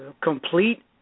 complete